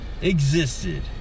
existed